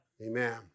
Amen